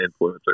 influencer